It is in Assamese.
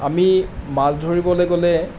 আমি মাছ ধৰিবলৈ গ'লে